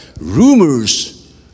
Rumors